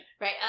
Right